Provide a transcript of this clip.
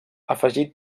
afegit